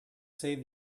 save